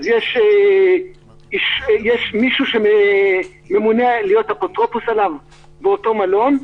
אז יש מי שממונה להיות אפוטרופוס עליו באותו מלון.